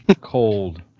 cold